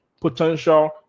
potential